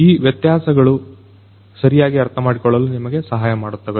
ಈ ವ್ಯತ್ಯಾಸಗಳು ಸರಿಯಾಗಿ ಅರ್ಥಮಾಡಿಕೊಳ್ಳಲು ನಿಮಗೆ ಸಹಾಯ ಮಾಡುತ್ತವೆ